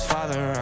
Father